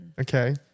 Okay